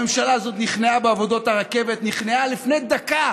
הממשלה הזאת נכנעה בעבודות הרכבת, נכנעה לפני דקה